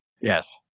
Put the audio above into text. Yes